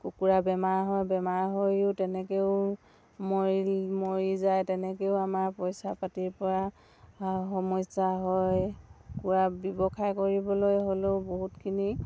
কুকুৰা বেমাৰ হয় বেমাৰ হৈয়ো তেনেকৈয়ো মৰি মৰি যায় তেনেকৈয়ো আমাৰ পইচা পাতিৰপৰা সমস্যা হয় কুকুৰা ব্যৱসায় কৰিবলৈ হ'লেও বহুতখিনি